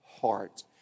heart